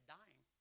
dying